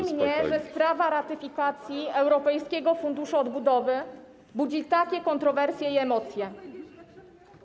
Dziwi mnie, że sprawa ratyfikacji Europejskiego Funduszu Odbudowy budzi takie kontrowersje i emocje.